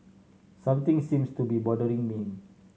something seems to be bothering him